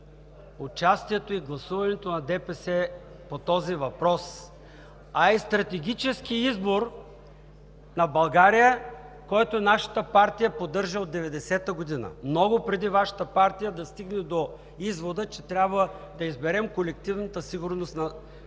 участието и гласуването на ДПС по този въпрос, а е стратегически избор на България, който нашата партия поддържа от 1990 г. – много преди Вашата партия до стигне до извода, че трябва да изберем колективната сигурност на НАТО